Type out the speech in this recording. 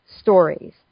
stories